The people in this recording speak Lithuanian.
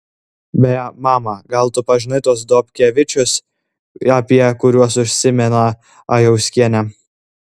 beje mama gal tu pažinai tuos dobkevičius apie kuriuos užsimena ajauskienė